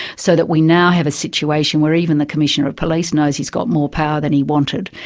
so that we now have a situation where even the commissioner of police knows he's got more power than he wanted,